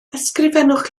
ysgrifennwch